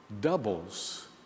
Doubles